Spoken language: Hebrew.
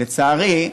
לצערי,